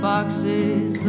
boxes